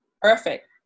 Perfect